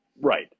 right